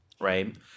right